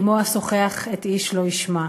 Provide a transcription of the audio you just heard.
/ עמו אשוחח עת איש לא ישמע.